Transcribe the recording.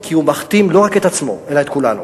כי הוא מכתים לא רק את עצמו אלא את כולנו.